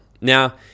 Now